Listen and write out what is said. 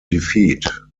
defeat